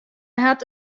hat